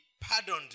pardoned